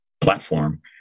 platform